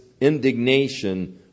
indignation